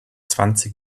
zwanzig